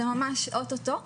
זה ממש או-טו-טו,